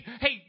hey